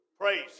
praise